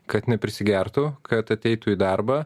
kad neprisigertų kad ateitų į darbą